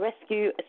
Rescue